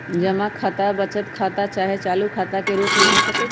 जमा खता बचत खता चाहे चालू खता के रूप में हो सकइ छै